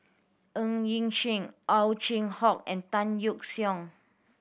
Ng Yi Sheng Ow Chin Hock and Tan Yeok Seong